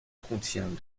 contient